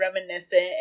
reminiscent